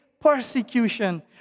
persecution